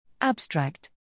Abstract